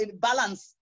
balance